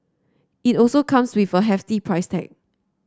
it also comes with a hefty price tag